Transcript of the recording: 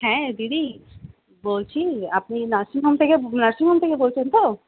হ্যাঁ দিদি বলছি আপনি নার্সিংহোম থেকে নার্সিংহোম থেকে বলছেন তো